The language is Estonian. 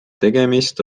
tegemist